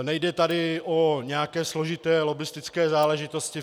Nejde tady o nějaké složité lobbistické záležitosti.